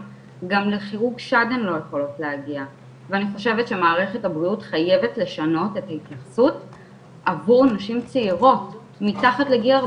אני שומעת אנשים בקהילה שלנו משתפות באמת בפחדים